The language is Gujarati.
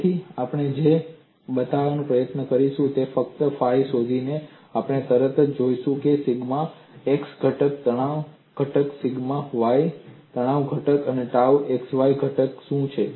તેથી આપણે જે બતાવવાનો પ્રયત્ન કરીશું તે છે ફક્ત ફાઇ શોધીને આપણે તરત જ જાણીશું કે સિગ્મા x તણાવ ઘટક સિગ્મા y તણાવ ઘટક ટાઉ xy તણાવ ઘટક શું છે